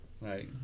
Right